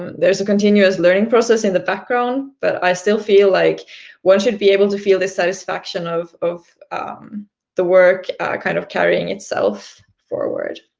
there is a continuing learning process in the background, but i still feel like one should be able to feel this satisfaction of of the work kind of carrying itself forward.